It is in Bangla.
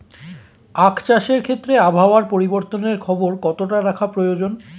আখ চাষের ক্ষেত্রে আবহাওয়ার পরিবর্তনের খবর কতটা রাখা প্রয়োজন?